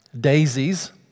Daisies